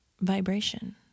vibration